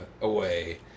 away